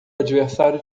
adversário